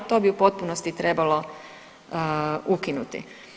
To bi u potpunosti trebalo ukinuti.